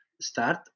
start